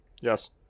Yes